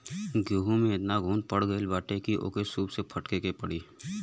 गेंहू में एतना घुन पड़ गईल बाटे की ओके सूप से फटके के पड़ी